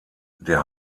der